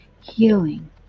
healing